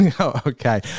Okay